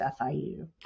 FIU